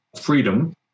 freedom